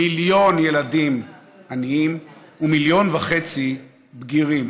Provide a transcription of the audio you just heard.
מיליון, ילדים עניים ומיליון וחצי בגירים